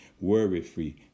worry-free